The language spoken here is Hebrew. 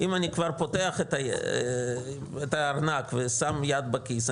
אם אני כבר פותח את הארנק ושם יד בכיס,